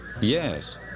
Yes